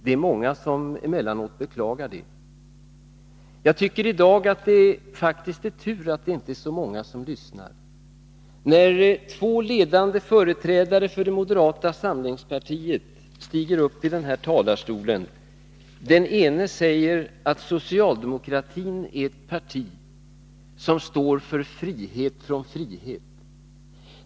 Det är många som emellanåt beklagar det, men jag tycker att det i dag är tur att det inte är så många som lyssnar. Två ledande företrädare för det moderata samlingspartiet har stigit upp i den här talarstolen. Den ene säger att socialdemokratin är ett parti som står för frihet från frihet.